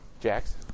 Jax